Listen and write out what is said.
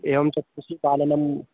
एवं च पशुपालनं